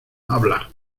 habla